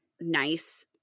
nice